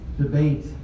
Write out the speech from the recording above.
debate